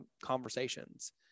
conversations